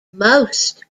most